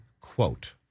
quote